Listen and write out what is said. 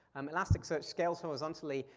um elasticsearch scales horizontally.